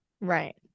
right